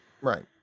Right